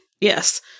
yes